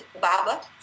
Baba